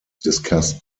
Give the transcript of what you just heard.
discussed